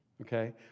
Okay